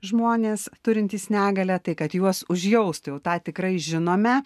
žmonės turintys negalią tai kad juos užjaustų jau tą tikrai žinome